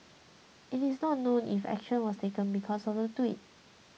it is not known if action was taken because of the tweet